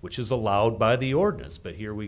which is allowed by the ordinance but here we